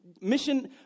mission